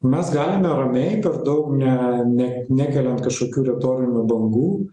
mes galime ramiai per daug ne ne nekeliant kažkokių retorinių bangų